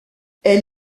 elle